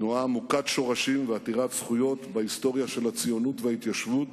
תנועה עמוקת שורשים ועתירת זכויות בהיסטוריה של הציונות וההתיישבות,